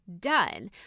done